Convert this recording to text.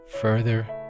further